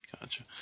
Gotcha